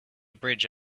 bridge